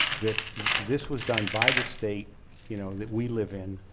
that this was done by the state you know that we live in,